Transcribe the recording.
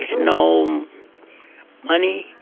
no money.